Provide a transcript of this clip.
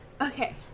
Okay